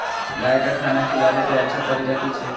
गाय का खाना खिलाबे के अच्छा तरीका की छे?